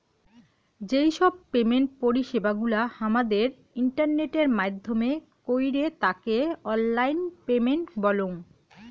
যেই সব পেমেন্ট পরিষেবা গুলা হামাদের ইন্টারনেটের মাইধ্যমে কইরে তাকে অনলাইন পেমেন্ট বলঙ